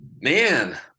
man